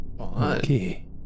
Okay